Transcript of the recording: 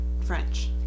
french